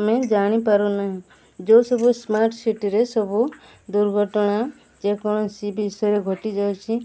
ଆମେ ଜାଣିପାରୁନାହିଁ ଯେଉଁ ସବୁ ସ୍ମାର୍ଟ୍ ସିଟିରେ ସବୁ ଦୁର୍ଘଟଣା ଯେକୌଣସି ବିଷୟରେ ଘଟିଯାଉଛିି